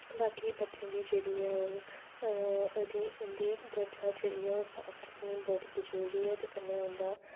बाकी बच्चें दी जेह्ड़ी ऐ उंदी उंदी त्वचा जेह्ड़ी ऐ ओह् साफ्ट ते कन्नै बड़ी गै जरूरी ऐ ते कन्नै उंदा